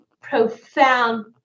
profound